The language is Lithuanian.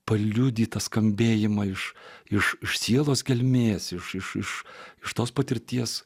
paliudytą skambėjimą iš iš sielos gelmės iš iš iš tos patirties